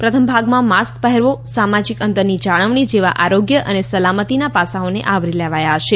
પ્રથમ ભાગમાં માસ્ક પહેરવો સામાજિક અંતરની જાળવણી જેવા આરોગ્ય અને સલામતીના પાસાઓને આવરી લેવાયા છે